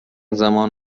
زمان